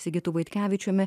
sigitu vaitkevičiumi